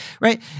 Right